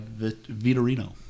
Vitorino